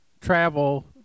travel